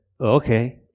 okay